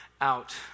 out